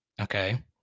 okay